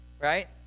Right